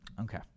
Okay